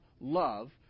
love